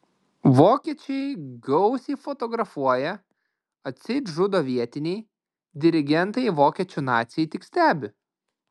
vokiečiai gausiai fotografuoja atseit žudo vietiniai dirigentai vokiečių naciai tik stebi